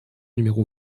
numéro